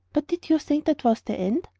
but did you think that was the end?